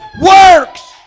works